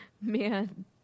man